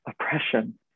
oppression